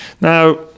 Now